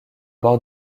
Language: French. bord